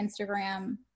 Instagram